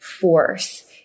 force